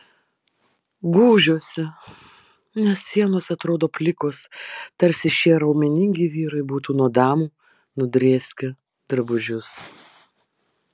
gūžiuosi nes sienos atrodo plikos tarsi šie raumeningi vyrai būtų nuo damų nudrėskę drabužius